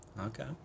Okay